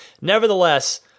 nevertheless